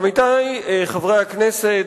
עמיתי חברי הכנסת,